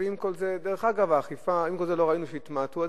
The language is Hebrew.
ועם כל זה לא ראינו שהתמעטו התאונות.